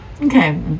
okay